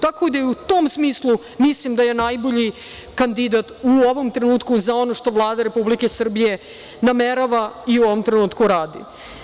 Tako da u tom smislu, mislim da je najbolji kandidatu ovom trenutku za ono što Vlada Republike Srbije namerava i u ovom trenutku radi.